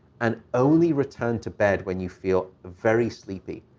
and only return to bed when you feel very sleepy.